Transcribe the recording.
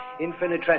infinite